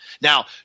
Now